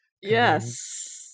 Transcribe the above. Yes